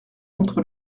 contre